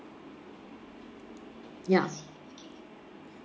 ya